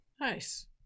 Nice